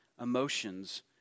emotions